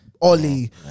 Oli